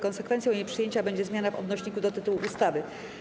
Konsekwencją jej przyjęcia będzie zmiana w odnośniku do tytułu ustawy.